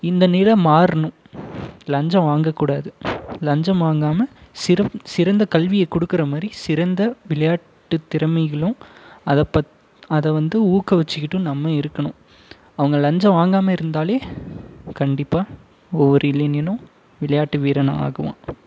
இந்த நிலை மாறணும் லஞ்சம் வாங்கக்கூடாது லஞ்சம் வாங்காமல் சிறந் சிறந்த கல்வியை கொடுக்குற மாதிரி சிறந்த விளையாட்டு திறமைகளும் அதைப்பத் அதை வந்து ஊக்குவிச்சுக்கிட்டும் நம்ம இருக்கணும் அவங்க லஞ்சம் வாங்காமல் இருந்தாலே கண்டிப்பாக ஒவ்வொரு இளைஞனும் விளையாட்டு வீரனாக ஆகுவான்